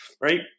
right